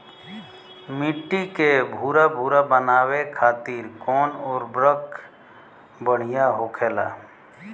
मिट्टी के भूरभूरा बनावे खातिर कवन उर्वरक भड़िया होखेला?